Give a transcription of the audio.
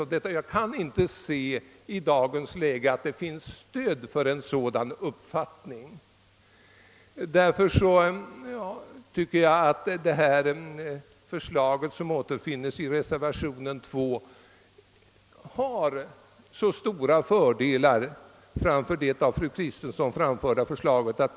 I dagens läge kan man inte säga att det finns stöd för en sådan uppfattning. Därför tycker jag att det förslag som återfinns i reservation 2 har stora fördelar framför det av fru Kristensson framförda förslaget.